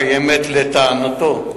הקיימת לטענתו,